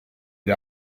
gli